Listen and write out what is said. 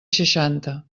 seixanta